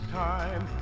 time